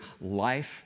life